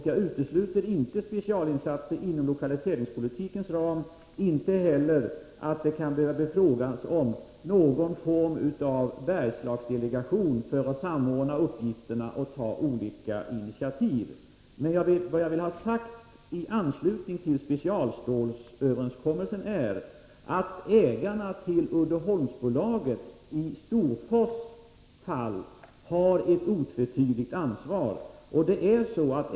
Jag utesluter inte specialinsatser inom lokaliseringspolitikens ram, inte heller att det kan bli fråga om någon form av Bergslagsdelegation för att samordna uppgifterna och ta olika initiativ. Men vad jag vill ha sagt i anslutning till specialstålsöverenskommelsen är, att ägarna till Uddeholmsbolaget i fallet Storfors har ett otvetydigt ansvar.